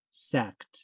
Sect